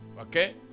okay